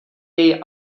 jej